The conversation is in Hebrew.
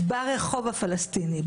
ברחוב הפלסטיני,